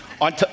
on